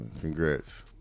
Congrats